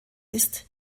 ist